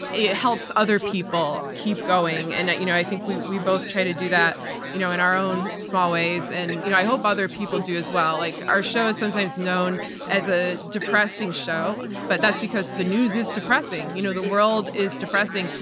it helps other people keep going. and you know i think we we both try to do that you know in our own small ways. and, you know i hope others do as well like our show's sometimes known as a depressing show, but that's because the news is depressing. you know the world is depressing.